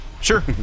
Sure